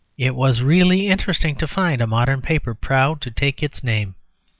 it was really interesting to find a modern paper proud to take its name.